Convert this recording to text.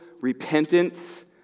repentance